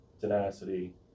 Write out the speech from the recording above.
tenacity